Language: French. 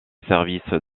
service